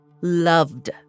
Loved